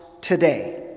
today